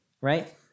right